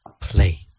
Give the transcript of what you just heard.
Play